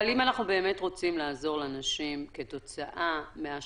אבל אם אנחנו באמת רוצים לעזור לנשים שנפגעו באופן ישיר